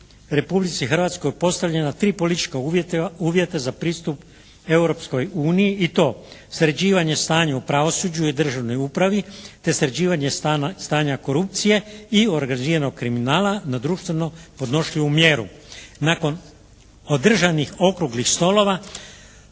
Republici Hrvatskoj postavljena tri politička uvjeta za pristup Europskoj uniji i to sređivanje stanja u pravosuđu i državnoj upravi te sređivanje stanja korupcije i organiziranog kriminala na društveno podnošljivu mjeru. Nakon održanih okruglih stolova,